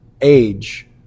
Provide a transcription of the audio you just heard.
age